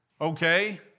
Okay